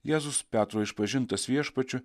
jėzus petro išpažintas viešpačiu